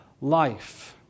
life